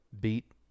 beat